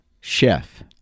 chef